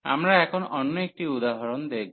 আমরা এখন অন্য একটি উদাহরণ দেখব